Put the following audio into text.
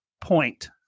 point